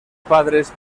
padres